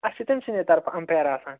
اَسہِ چھِ تٔمۍ سٕنٛدی طرفہٕ اَمپیر آسان